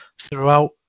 throughout